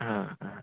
ആ ആ